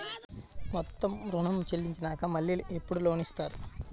మొత్తం ఋణం చెల్లించినాక మళ్ళీ ఎప్పుడు లోన్ ఇస్తారు?